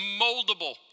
moldable